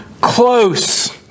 close